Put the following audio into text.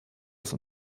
das